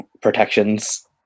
protections